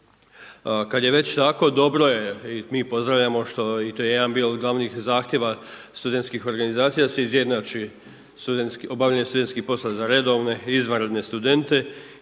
Kada je već tako dobro je i mi pozdravljamo što, i to je jedan bio od glavnih zahtjeva studentskih organizacija da se izjednači studentski, obavljanje studentskih poslova za redovne i izvanredne studente